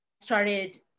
started